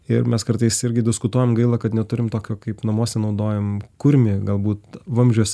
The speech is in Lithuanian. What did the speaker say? ir mes kartais irgi diskutuojam gaila kad neturim tokio kaip namuose naudojam kurmį galbūt vamzdžiuose